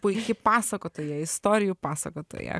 puiki pasakotoja istorijų pasakotoja